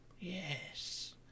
Yes